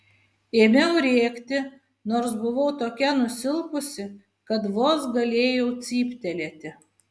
ėmiau rėkti nors buvau tokia nusilpusi kad vos galėjau cyptelėti